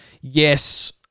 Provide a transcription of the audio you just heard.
yes